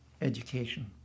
education